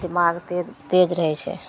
दिमाग तेज तेज रहै छै